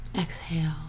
Exhale